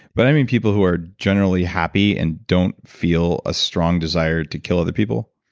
but i mean people who are generally happy and don't feel a strong desire to kill other people?